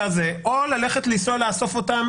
או ללכת לנסוע לאסוף אותן,